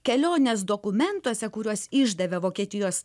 kelionės dokumentuose kuriuos išdavė vokietijos